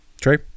True